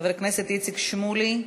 חבר הכנסת איציק שמולי,